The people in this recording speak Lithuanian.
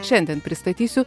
šiandien pristatysiu